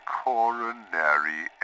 coronary